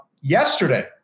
yesterday